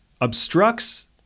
...obstructs